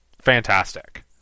fantastic